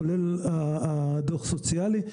כולל דוח סוציאלי.